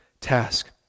task